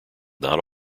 not